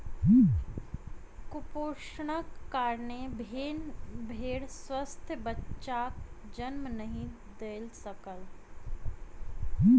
कुपोषणक कारणेँ भेड़ स्वस्थ बच्चाक जन्म नहीं दय सकल